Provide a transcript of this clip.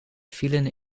vielen